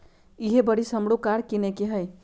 इहे बरिस हमरो कार किनए के हइ